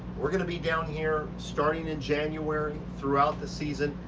we're going to be down here starting in january throughout the season.